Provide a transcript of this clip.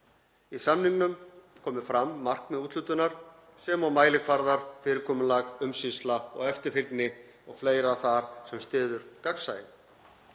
Í samningnum komi fram markmið úthlutunar sem og mælikvarðar, fyrirkomulag, umsýsla og eftirfylgni og fleira sem styður gagnsæi.